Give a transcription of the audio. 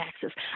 taxes